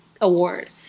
award